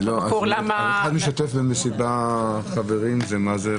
אז אחד שמשתתף במסיבה של חברים, זה מה זה?